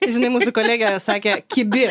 žinai mūsų kolegė sakė kibi